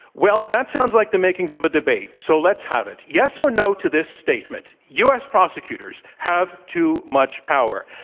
well, that sounds like the makings of a debate. so let's have it, yes, or, no, to this statement, u. s. prosecutors have too much power.